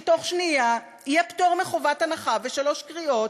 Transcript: שבתוך שנייה יהיה פטור מחובת הנחה ושלוש קריאות,